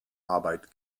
arbeit